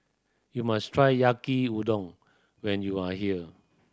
you must try Yaki Udon when you are here